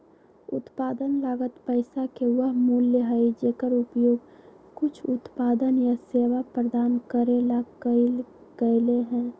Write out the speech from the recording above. उत्पादन लागत पैसा के वह मूल्य हई जेकर उपयोग कुछ उत्पादन या सेवा प्रदान करे ला कइल गयले है